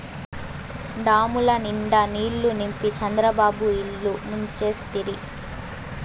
డాముల నిండా నీళ్ళు నింపి చంద్రబాబు ఇల్లు ముంచేస్తిరి